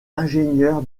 ingénieur